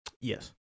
Yes